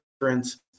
difference